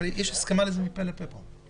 אבל יש לזה הסכמה מפה לפה.